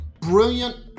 brilliant